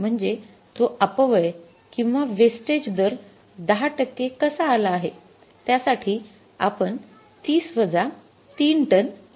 म्हणजे तो अपव्यय किंवा वेस्टेज दर १० टक्के कसा आला आहे त्या साठी आपण ३० वजा ३ टन केलेले आहे